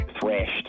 thrashed